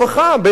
בהחלט,